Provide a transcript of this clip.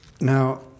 Now